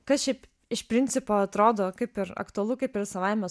kas šiaip iš principo atrodo kaip ir aktualu kaip ir savaime